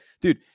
dude